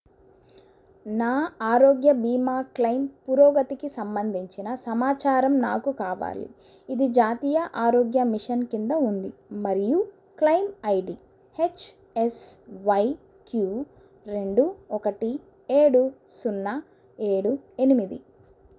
నా ఆరోగ్య బీమా క్లెయిమ్ పురోగతికి సంబంధించిన సమాచారం నాకు కావాలి ఇది జాతీయ ఆరోగ్య మిషన్ కింద ఉంది మరియు claim I D H S Y Q రెండు ఒకటి ఏడు సున్నా ఏడు ఎనిమిది